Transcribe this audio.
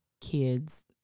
kids